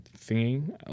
singing